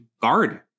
guard